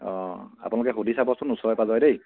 অঁ আপোনালোকে সুধি চাবচোন ওচৰে পাঁজৰে দেই